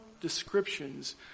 descriptions